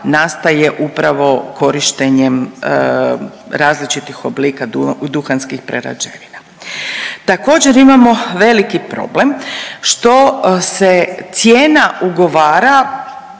nastaje upravo korištenjem različitih oblika duhanskih prerađevina. Također, imamo veliki problem što se cijena ugovara,